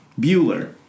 Bueller